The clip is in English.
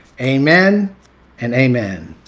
amen and amen.